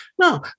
No